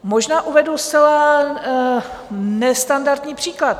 Možná uvedu zcela nestandardní příklad.